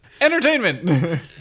Entertainment